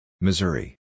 Missouri